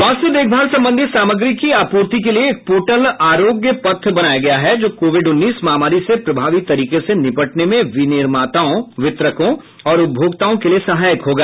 स्वास्थ्य देखभाल संबंधी सामग्री की आपूर्ति के लिए एक पोर्टल आरोग्य पथ बनाया गया है जो कोविड उन्नीस महामारी से प्रभावी तरीके से निपटने में विनिर्माताओं वितरकों और उपभोक्ताओं के लिए सहायक होगा